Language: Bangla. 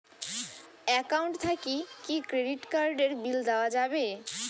একাউন্ট থাকি কি ক্রেডিট কার্ড এর বিল দেওয়া যাবে?